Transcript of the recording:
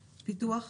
פיתוח,